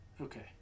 Okay